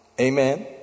Amen